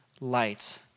light